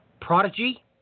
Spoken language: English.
prodigy